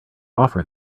offer